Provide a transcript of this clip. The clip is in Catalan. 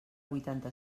vuitanta